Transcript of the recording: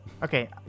Okay